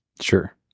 Sure